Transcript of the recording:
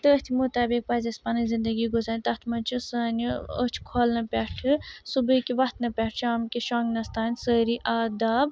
تٔتھۍ مطٲبق پَزِ اسہِ پَنٕنۍ زندگی گُزارٕنۍ تَتھ منٛز چھِ سانہِ أچھۍ کھولنہٕ پٮ۪ٹھہٕ صُبحٕکۍ وۄتھنہٕ پٮ۪ٹھ شامکِس شۄنٛگنَس تانۍ سٲری آداب